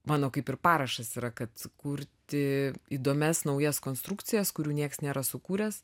mano kaip ir parašas yra kad kurti įdomias naujas konstrukcijas kurių nieks nėra sukūręs